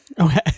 Okay